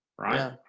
Right